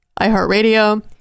iHeartRadio